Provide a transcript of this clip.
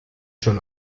schon